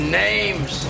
names